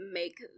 make